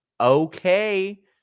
okay